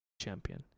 champion